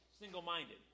Single-minded